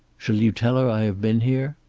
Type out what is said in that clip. shall you tell her i have been here?